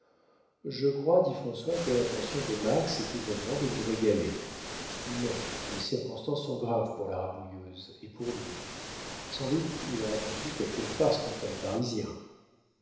je crois dit françois que l'intention de max est tout bonnement de nous régaler non les circonstances sont graves pour la rabouilleuse et pour lui sans doute il aura conçu quelque farce contre les parisiens